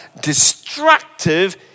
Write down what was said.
destructive